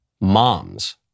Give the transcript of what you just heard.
moms